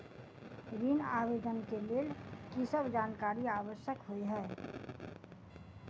ऋण आवेदन केँ लेल की सब जानकारी आवश्यक होइ है?